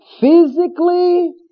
physically